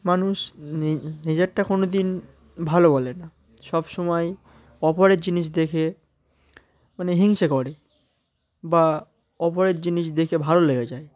মানুষ নিজেরটা কোনো দিন ভালো বলে না সবসময় অপরের জিনিস দেখে মানে হিংসে করে বা অপরের জিনিস দেখে ভালো লেগে যায়